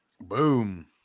boom